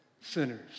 sinners